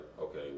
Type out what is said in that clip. okay